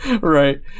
Right